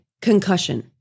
concussion